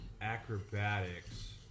acrobatics